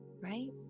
right